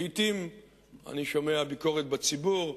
לעתים אני שומע ביקורת בציבור,